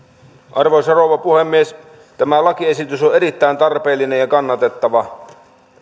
arvoisa rouva puhemies tämä lakiesitys on erittäin tarpeellinen ja kannatettava